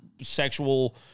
sexual